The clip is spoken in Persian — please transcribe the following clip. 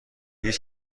هیچ